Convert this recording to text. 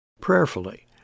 prayerfully